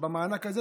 במענק הזה,